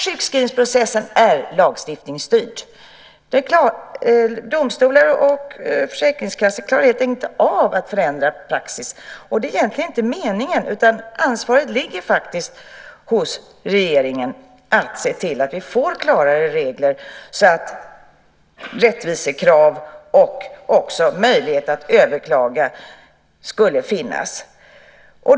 Sjukskrivningsprocessen är lagstiftningsstyrd. Domstolar och försäkringskassor klarar helt enkelt inte av att förändra praxis, och det är egentligen inte heller meningen. Ansvaret för att se till att vi får klarare regler ligger på regeringen. Då skulle rättvisekraven kunna uppfyllas och möjligheter att överklaga finnas.